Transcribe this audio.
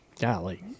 golly